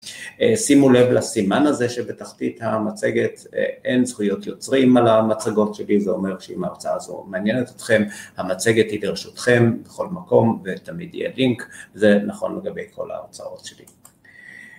שימו לב לסימן הזה שבתחתית המצגת אין זכויות יוצרים על המצגות שלי, זה אומר שאם ההרצאה הזו מעניינת אתכם, המצגת היא ברשותכם בכל מקום ותמיד יהיה לינק, זה נכון לגבי כל ההרצאות שלי.